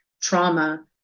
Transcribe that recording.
trauma